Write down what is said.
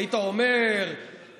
היית אומר ש"ס,